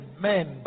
men